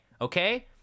okay